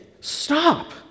Stop